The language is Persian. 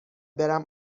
برم